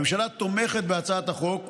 הממשלה תומכת בהצעת החוק,